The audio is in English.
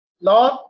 Lord